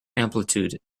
amplitude